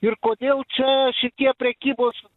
ir kodėl čia šitie prekybos